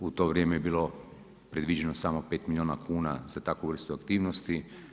U to vrijeme je bilo predviđeno samo pet milijuna kuna za takvu vrstu aktivnosti.